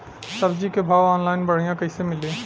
सब्जी के भाव ऑनलाइन बढ़ियां कइसे मिली?